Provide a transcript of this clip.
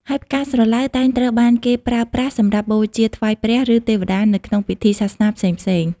ហើយផ្កាស្រឡៅតែងត្រូវបានគេប្រើប្រាស់សម្រាប់ បូជាថ្វាយព្រះ ឬទេវតា នៅក្នុងពិធីសាសនាផ្សេងៗ។